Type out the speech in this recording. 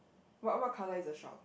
what what colour is the shop